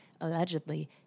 allegedly